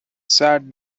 sat